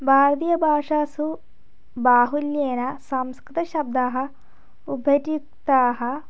भारतीयभाषासु बाहुल्येन संस्कृतशब्दाः उपर्युक्ताः